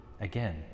again